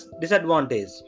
disadvantage